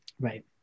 Right